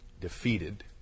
defeated